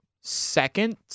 second